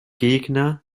gegner